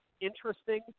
interesting